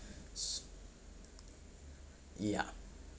ya